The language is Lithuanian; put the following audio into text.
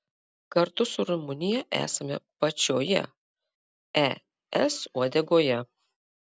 kartu su rumunija esame pačioje es uodegoje